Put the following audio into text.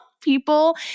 people